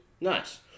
Nice